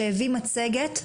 שהביא מצגת.